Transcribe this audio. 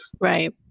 right